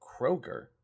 Kroger